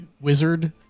wizard